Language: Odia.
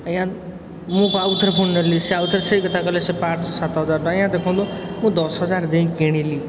ଆଜ୍ଞା ମୁଁ ଆଉ ଥରେ ପୁଣି ନେଲି ସେ ଆଉ ଥରେ ସେ କଥା କହିଲେ ସେ ପାର୍ଟ୍ସ୍ ସାତହଜାର ଟଙ୍କା ଆଜ୍ଞା ଦେଖନ୍ତୁ ମୁଁ ଦଶହଜାର ଦେଇ କିଣିଲି